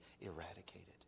eradicated